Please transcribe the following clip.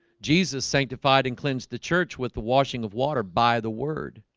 jesus sanctified and cleansed the church with the washing of water by the word?